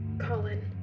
Colin